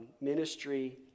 ministry